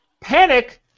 panic